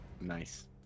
Nice